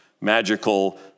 Magical